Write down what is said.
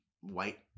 white